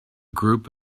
group